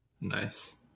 nice